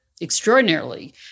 extraordinarily